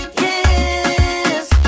yes